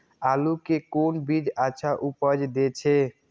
आलू के कोन बीज अच्छा उपज दे छे?